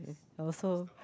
I also